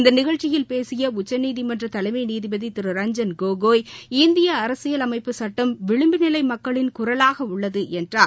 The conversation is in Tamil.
இந்த நிகழ்ச்சியில் பேசிய உச்சநீதிமன்ற தலைமை நீதிபதி திரு ரஞ்சன் கோகோய் இந்திய அரசியல் அமைப்பு சட்டம் விளிம்பு நிலை மக்களின் குரலாக உள்ளது என்றார்